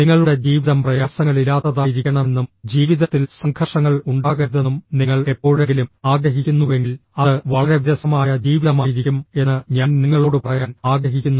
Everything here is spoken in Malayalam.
നിങ്ങളുടെ ജീവിതം പ്രയാസങ്ങളില്ലാത്തതായിരിക്കണമെന്നും ജീവിതത്തിൽ സംഘർഷങ്ങൾ ഉണ്ടാകരുതെന്നും നിങ്ങൾ എപ്പോഴെങ്കിലും ആഗ്രഹിക്കുന്നുവെങ്കിൽ അത് വളരെ വിരസമായ ജീവിതമായിരിക്കും എന്ന് ഞാൻ നിങ്ങളോട് പറയാൻ ആഗ്രഹിക്കുന്നു